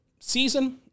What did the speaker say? season